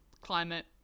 climate